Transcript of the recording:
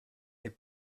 est